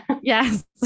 Yes